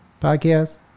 podcast